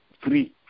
free